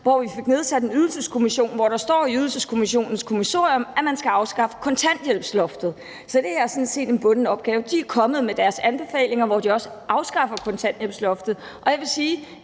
hvor vi fik nedsat en Ydelseskommission, hvor der står i Ydelseskommissionens kommissorium, at man skal afskaffe kontanthjælpsloftet. Så det er sådan set en bunden opgave. De er kommet med deres anbefalinger, hvor de også afskaffer kontanthjælpsloftet. Og jeg vil sige,